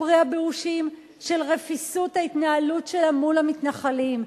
פרי הבאושים של רפיסות ההתנהלות שלה מול המתנחלים.